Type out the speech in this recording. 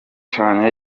canke